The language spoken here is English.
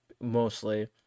mostly